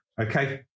Okay